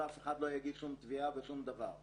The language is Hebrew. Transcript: ואף אחד לא יגיש שום תביעה ושום דבר.